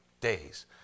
days